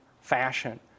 fashion